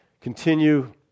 continue